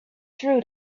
true